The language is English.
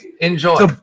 enjoy